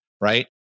right